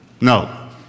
No